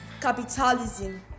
capitalism